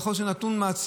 יכול להיות שזה נתון מעציב,